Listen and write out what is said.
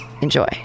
enjoy